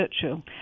Churchill